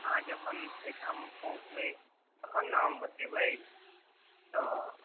अहाँ जखन एहिठाम पहुँचबै तखन ने हम बतेबै तऽ